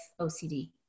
OCD